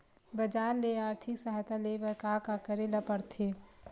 बजार ले आर्थिक सहायता ले बर का का करे ल पड़थे?